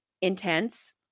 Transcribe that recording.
intense